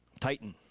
titan,